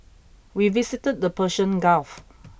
we visited the Persian Gulf